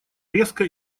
резко